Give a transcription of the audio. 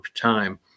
time